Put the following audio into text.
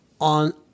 on